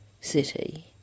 city